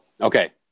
okay